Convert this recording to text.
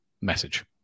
message